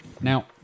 Now